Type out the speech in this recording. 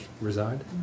reside